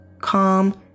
calm